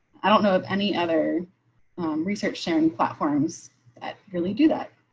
i don't know of any other research sharing platforms that really do that.